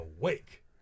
awake